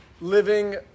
Living